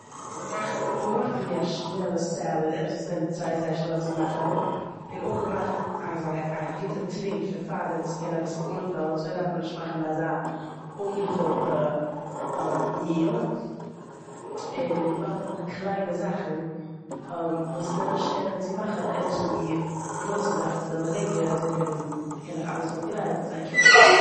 כ'וואלט געמאכט אזויווי א שנעלע סעלעד, עפעס וואס נעמט זייער, זייער שנעל צו מאכן און אויך געמאכט אזא- א גוטע טרונק פון פארדעם וואס קען אביסל אנפולן אזוי דארף מען נישט מאכן אזא אנגעפולטע מיעל און געמאכט אפאר קליינע זאכן וואס נעמען שנעלער צו מאכן ענדערש ווי גרויסע זאכן וואס נעמען לענגער. אזוי קען איך אלעס האבן גרייט ווען זיי קומען.